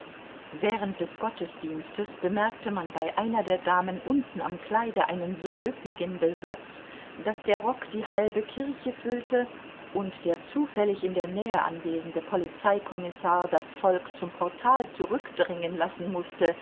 während des gottesdienstes bemerkte man bei einer der damen unten am kleide einen so üppigen besatz daß der rock die halbe kirche füllte und der zufällig in der nähe anwesende polizeikommissar das volk zum portal zurückdrängen lassen mußte